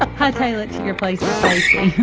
hightail it to your place of safety.